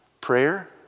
Prayer